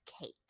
cake